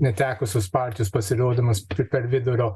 netekusios partijos pasirodymas per vidurio